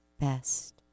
best